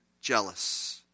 jealous